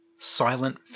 silent